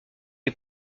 est